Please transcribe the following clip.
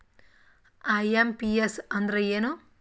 IMPS ಅಂದ್ರ ಏನು?